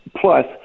Plus